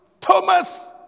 Thomas